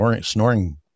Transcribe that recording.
snoring